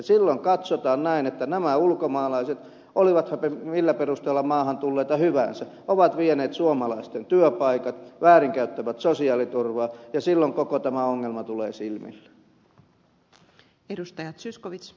silloin katsotaan näin että nämä ulkomaalaiset olivatpa he millä perusteella maahan tulleita hyvänsä ovat vieneet suomalaisten työpaikat väärinkäyttävät sosiaaliturvaa ja silloin koko tämä ongelma tulee silmille